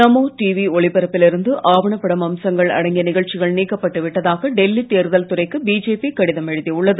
நமோ TV ஒளிபரப்பில் இருந்து ஆவணப் படம் அம்சங்கள் அடங்கிய நிகழ்ச்சிகள் நீக்கப்பட்டு விட்டதாக டெல்லி தேர்தல் துறைக்கு பிஜேபி கடிதம் எழுதியுள்ளது